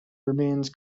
remains